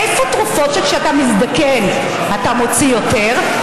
איפה תרופות, שכשאתה מזדקן אתה מוציא עליהן יותר?